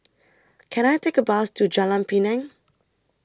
Can I Take A Bus to Jalan Pinang